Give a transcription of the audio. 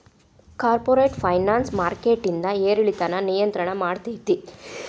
corporate finance ಮಾರ್ಕೆಟಿಂದ್ ಏರಿಳಿತಾನ ನಿಯಂತ್ರಣ ಮಾಡ್ತೇತಿ